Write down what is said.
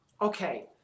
Okay